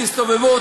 תסתובבו,